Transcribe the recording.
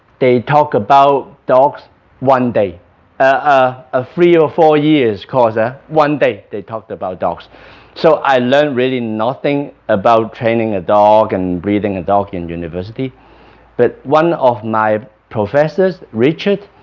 they talked about dogs one day ah a three or four years course, ah one day they talked about dogs so i learned really nothing about training a dog and breeding a dog in university but one of my professors richard